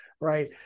right